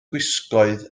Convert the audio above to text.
gwisgoedd